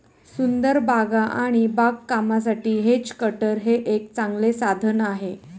सुंदर बागा आणि बागकामासाठी हेज कटर हे एक चांगले साधन आहे